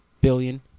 billion